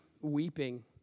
weeping